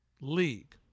league